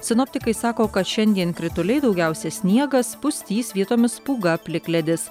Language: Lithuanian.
sinoptikai sako kad šiandien krituliai daugiausia sniegas pustys vietomis pūga plikledis